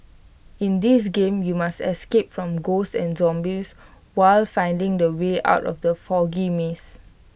in this game you must escape from ghosts and zombies while finding the way out of the foggy maze